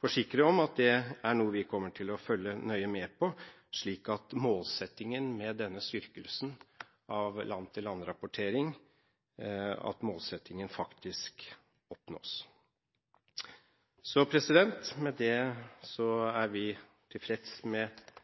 forsikre om at det er noe vi kommer til å følge nøye med på, slik at målsettingen med denne styrkingen av land-for-land-rapportering faktisk oppnås. Med det er vi tilfreds med